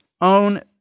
own